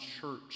Church